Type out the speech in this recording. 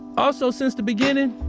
also, since the beginning,